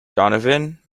donovan